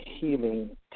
healing